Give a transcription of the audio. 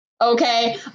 okay